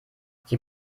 sie